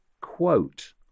quote